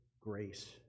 grace